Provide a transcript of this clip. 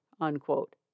unquote